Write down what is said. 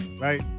right